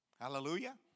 Hallelujah